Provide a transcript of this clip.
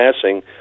passing